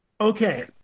Okay